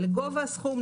לגובה הסכום,